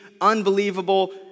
unbelievable